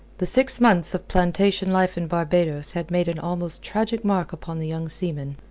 the six months of plantation life in barbados had made an almost tragic mark upon the young seaman.